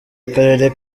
akarere